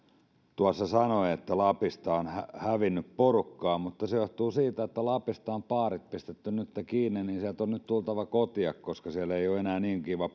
tuossa sanoi lapista on hävinnyt porukkaa mutta se johtuu siitä että kun lapista on baarit pistetty nytten kiinni niin sieltä on nyt tultava kotiin koska siellä ei ole enää niin kiva